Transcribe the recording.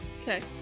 Okay